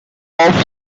off